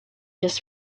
just